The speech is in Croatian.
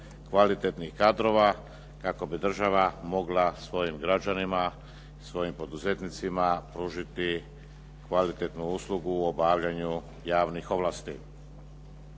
kvalitetnih kadrova kako bi država mogla svojim građanima, svojim poduzetnicima pružiti kvalitetnu uslugu u obavljanju javnih ovlasti.